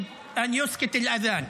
(אומר דברים בשפה הערבית:)